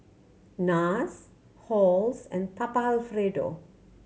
Nars Halls and Papa Alfredo